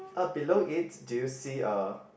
uh below it do you see a